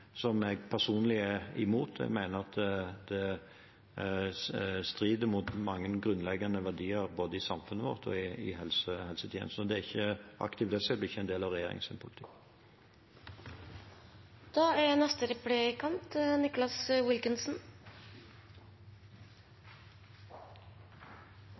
jeg personlig er imot, jeg mener at det strider mot mange grunnleggende verdier både i samfunnet vårt og i helsetjenesten. Aktiv dødshjelp er ikke en del av regjeringens politikk. Det